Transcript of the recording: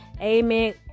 Amen